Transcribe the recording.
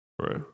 Right